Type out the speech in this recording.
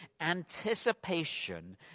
anticipation